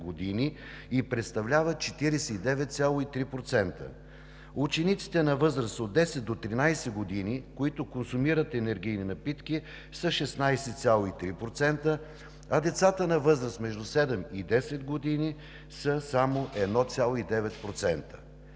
и представлява 49,3%. Учениците на възраст от 10 до 13 години, които консумират енергийни напитки, са 16,3%, а децата на възраст между 7 и 10 години са само 1,9%.